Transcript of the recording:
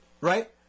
right